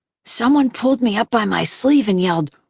someone pulled me up by my sleeve and yelled,